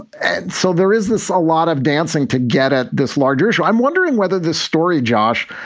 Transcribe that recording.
and so there is this a lot of dancing to get at this larger issue i'm wondering whether this story, josh,